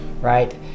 right